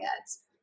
ads